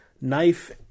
knife